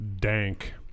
Dank